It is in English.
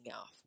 off